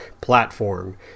platform